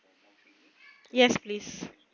yes please